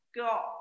got